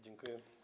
Dziękuję.